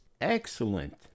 excellent